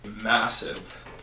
Massive